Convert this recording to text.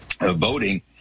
voting